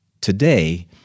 today